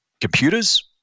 computers